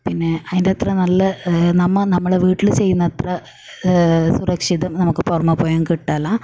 പിന്നെ അതിൻ്റെ അത്ര നല്ല നമ്മൾ നമ്മുടെ വീട്ടിൽ ചെയ്യുന്നത്ര സുരക്ഷിതം നമുക്ക് പുറമേ പോയാലും കിട്ടില്ല